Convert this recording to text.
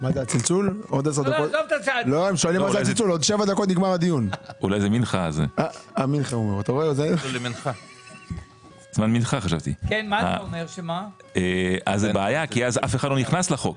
-- אז זה בעיה כי אז אף אחד לא נכנס לחוק,